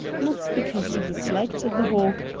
not because he disliked the hawk,